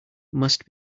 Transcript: must